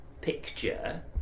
picture